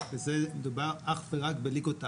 --- מדובר אך ורק בליגות העל.